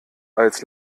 als